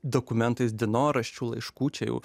dokumentais dienoraščių laiškų čia jau